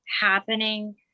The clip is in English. happening